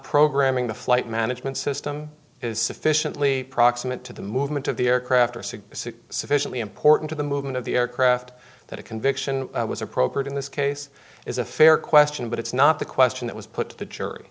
programming the flight management system is sufficiently proximate to the movement of the aircraft or suggests sufficiently important to the movement of the aircraft that a conviction was appropriate in this case is a fair question but it's not the question that was put to the jury